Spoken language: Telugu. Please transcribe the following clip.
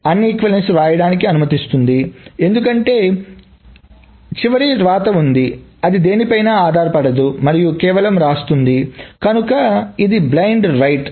అసమతుల్యతలను వ్రాయడానికి అనుమతిస్తుంది ఎందుకంటే అంతిమ వ్రాత ఉంది అది దేనిపైనా ఆధారపడదు మరియు కేవలం వ్రాస్తుంది కనుక ఇది బ్లైండ్ వ్రాత